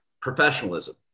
professionalism